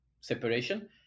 separation